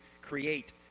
create